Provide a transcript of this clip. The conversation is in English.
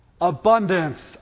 abundance